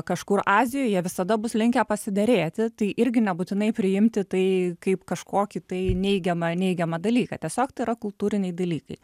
kažkur azijoj jie visada bus linkę pasiderėti tai irgi nebūtinai priimti tai kaip kažkokį tai neigiamą neigiamą dalyką tiesiog tai yra kultūriniai dalykai